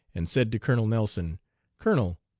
and said to colonel nelson colonel,